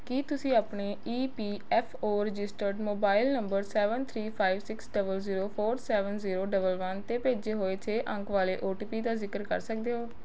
ਕੀ ਤੁਸੀਂ ਆਪਣੇ E P F O registered mobile number seven three five six double zero four seven zero double one 'ਤੇ ਭੇਜੇ ਹੋਏ ਛੇ ਅੰਕ ਵਾਲੇ ਓ ਟੀ ਪੀ ਦਾ ਜ਼ਿਕਰ ਕਰ ਸਕਦੇ ਹੋ